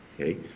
okay